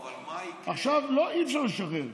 אבל מה יקרה, עכשיו אי-אפשר לשחרר.